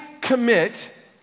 commit